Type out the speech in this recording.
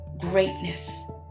greatness